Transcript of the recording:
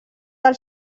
del